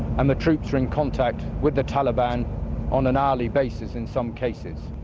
and the troops are in contact with the taliban on an hourly basis in some cases.